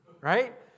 right